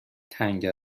تنگ